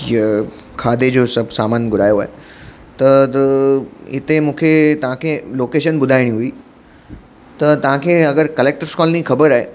जीअं खाधे जो सभु सामान घुरायो आहे त द हिते मूंखे तव्हांखे लोकेशन ॿुधाइणी हुइ त तव्हांखे अगरि कलेक्टर्स कॉलोनी ख़बर आहे